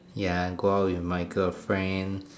ya go out with my girlfriend